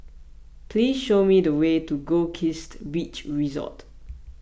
please show me the way to Goldkist Beach Resort